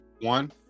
One